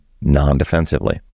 non-defensively